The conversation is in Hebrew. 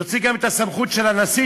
להוציא את הסמכות של הנשיא,